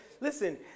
Listen